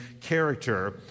character